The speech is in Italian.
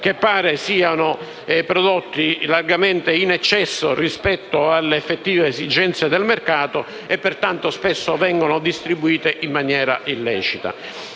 che pare siano prodotti largamente in eccesso rispetto all'effettiva esigenza del mercato e pertanto vengono spesso distribuiti in maniera illecita.